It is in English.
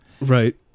Right